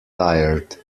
tired